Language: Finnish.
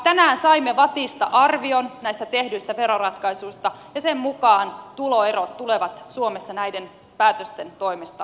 tänään saimme vattista arvion näistä tehdyistä veroratkaisuista ja sen mukaan tuloerot tulevat suomessa näiden päätösten toimesta pienenemään